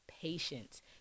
patience